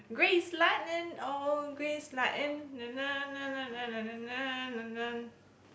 grease lighting oh grease lighting